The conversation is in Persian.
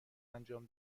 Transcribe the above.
انجام